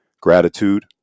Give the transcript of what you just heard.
gratitude